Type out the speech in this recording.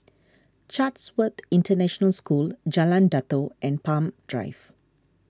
Chatsworth International School Jalan Datoh and Palm Drive